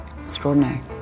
Extraordinary